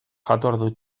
jatordu